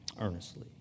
earnestly